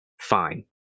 fine